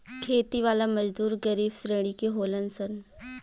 खेती वाला मजदूर गरीब श्रेणी के होलन सन